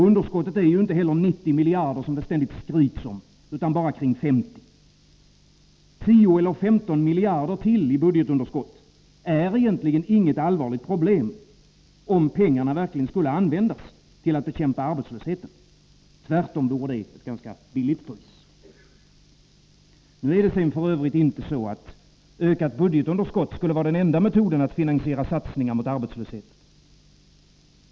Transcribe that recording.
Underskottet är heller inte 90 miljarder, som det ständigt skriks om, utan bara kring 50. 10 eller 15 miljarder till i budgetunderskott är inget allvarligt problem, om pengarna verkligen skulle användas till att bekämpa arbetslösheten — tvärtom vore det ett ganska lågt pris. F. ö. är inte ökat budgetunderskott den enda metoden att finansiera satsningar mot arbetslösheten.